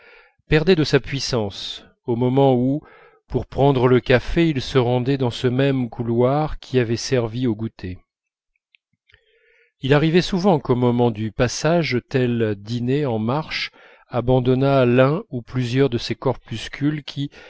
perdait de sa puissance au moment où pour prendre le café ils se rendaient dans ce même couloir qui avait servi aux goûters il arrivait souvent qu'au moment du passage tel dîner en marche abandonnait l'un ou plusieurs de ses corpuscules qui